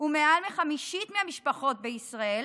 ומעל חמישית מהמשפחות בישראל